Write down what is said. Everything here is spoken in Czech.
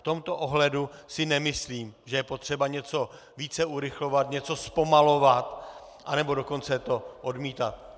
V tomto ohledu si nemyslím, že je potřeba něco více urychlovat, něco zpomalovat, anebo dokonce to odmítat.